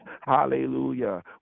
Hallelujah